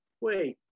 Wait